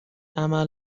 عمل